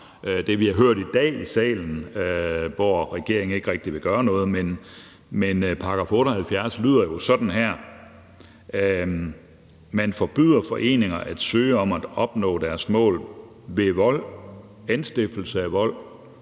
det, vi har hørt i dag i salen; regeringen vil ikke rigtig gøre noget. Men § 78 lyder jo sådan her: Man forbyder foreninger, der søger at opnå deres mål ved vold, anstiftelse af vold